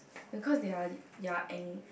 because they are